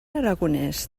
aragonès